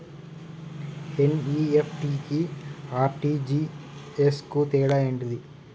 NEFT కి RTGS కు తేడా ఏంటిది?